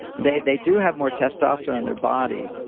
they they do have more testosterone in their body,